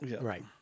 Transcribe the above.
Right